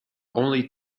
only